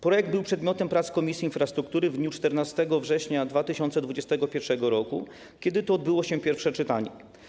Projekt był przedmiotem prac Komisji Infrastruktury w dniu 14 września 2021 r., kiedy to odbyło się pierwsze czytanie.